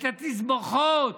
את התסבוכות,